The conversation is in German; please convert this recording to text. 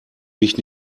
mich